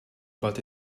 but